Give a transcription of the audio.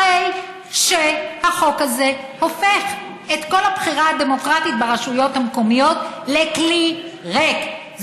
הרי שהחוק הזה הופך את כל הבחירה הדמוקרטית ברשויות המקומיות לכלי ריק.